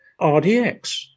RDX